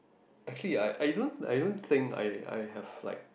actually I I don't I don't think I I have like